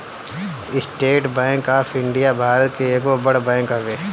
estate bank of India Bharat के एगो बड़ बैंक हवे